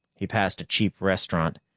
he passed a cheap restaurant,